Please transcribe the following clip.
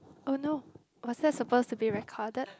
oh no was that suppose to be recorded